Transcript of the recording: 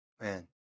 Man